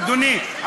אדוני,